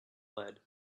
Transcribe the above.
lead